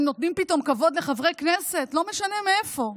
הם נותנים פתאום כבוד לחברי כנסת, לא משנה מאיפה.